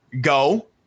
go